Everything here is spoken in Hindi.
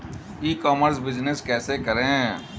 ई कॉमर्स बिजनेस कैसे करें?